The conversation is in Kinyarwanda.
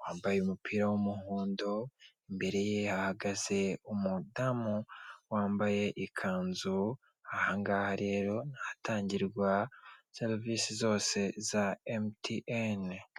wambaye umupira w'umuhondo, imbere ye hahagaze umudamu wambaye ikanzu, ahangaha rero rero ni ahatangirwa serivisi zose za emutiyene.